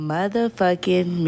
Motherfucking